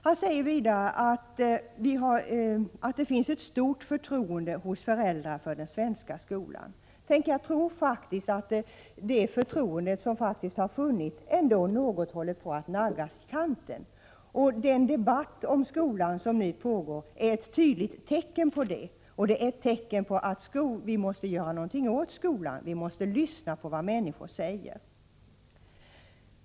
Han säger vidare att det finns ett stort förtroende hos föräldrar för den svenska skolan. Tänk, jag tror faktiskt att det förtroende som har funnits ändå håller på att något naggas i kanten. Den debatt om skolan som nu pågår är ett tydligt tecken på det — och på att vi måste göra någonting åt skolan. Vi måste lyssna på vad människor säger.